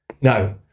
Now